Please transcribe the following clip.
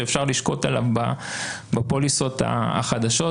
שאפשר לשקוד עליו בפוליסות החדשות.